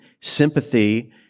sympathy